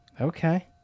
Okay